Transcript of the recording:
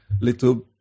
little